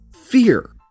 fear